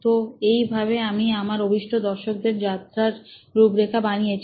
তো এই ভাবে আমি আমার অভীষ্ট দর্শকের যাত্রার রূপরেখা বানিয়েছি